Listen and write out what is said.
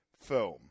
film